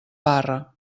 parra